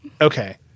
okay